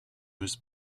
was